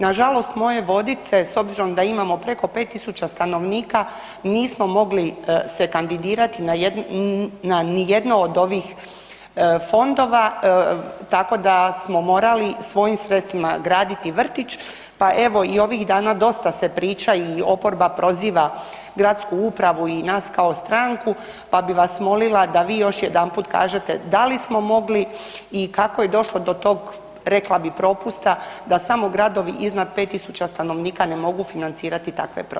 Nažalost, moje Vodice s obzirom da imamo preko 5000 stanovnika, nismo mogli ste kandidirati na nijedno od ovih fondova, tako da smo morali svojim sredstvima graditi vrtić pa evo i ovih dana dosta se priča i oporba proziva gradsku upravu i nas kao stranku, pa bi vas molila da vi još jedanput kažete da li smo mogli i kako je došlo do tog rekla bih, propusta da samo gradovi iznad 5000 stanovnika ne mogu financirati takve